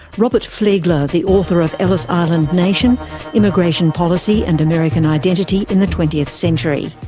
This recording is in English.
robert fleegler, the author of ellis island nation immigration policy and american identity in the twentieth century.